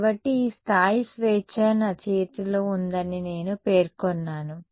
కాబట్టి ఈ స్థాయి స్వేచ్ఛ నా చేతిలో ఉందని నేను పేర్కొన్నాను